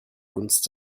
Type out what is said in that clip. gunst